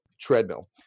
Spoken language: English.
Treadmill